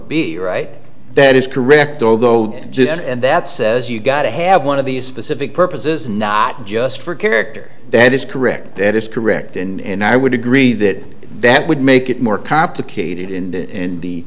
the right that is correct although just and that says you got to have one of these specific purposes and not just for character that is correct that is correct and i would agree that that would make it more complicated in the